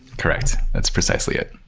correctly. that's precisely it.